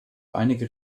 einige